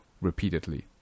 repeatedly